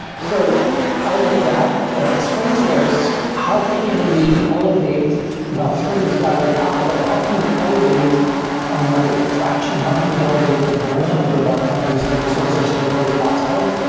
so i looked at at springsource, how can we elevate while spring was wildly popular, how can we elevate our market traction? how can we elevate the brand of our company sringsource as quickly as possible?